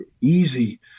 easy